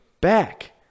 back